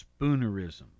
Spoonerism